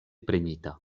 prenita